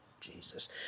Jesus